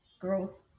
girls